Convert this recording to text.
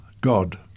God